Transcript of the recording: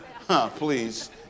Please